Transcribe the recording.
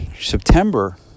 September